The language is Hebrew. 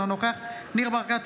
אינו נוכח ניר ברקת,